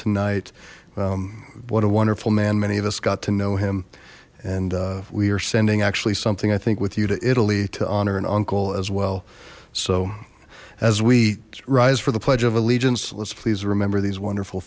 tonight what a wonderful man many of us got to know him and we are sending actually something i think with you to italy to honor and uncle as well so as we rise for the pledge of allegiance let's please remember these wonderful